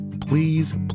please